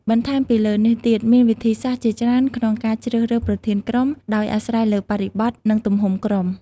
បន្ថែមពីលើនេះទៀតមានវិធីសាស្រ្តជាច្រើនក្នុងការជ្រើសរើសប្រធានក្រុម ដោយអាស្រ័យលើបរិបទ និងទំហំក្រុម។